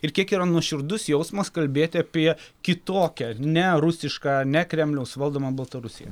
ir kiek yra nuoširdus jausmas kalbėti apie kitokią ne rusišką ne kremliaus valdomą baltarusiją